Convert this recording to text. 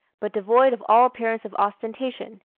but devoid of all appearance of ostentation.